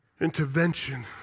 intervention